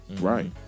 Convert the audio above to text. Right